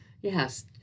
yes